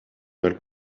mal